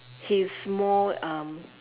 he's more um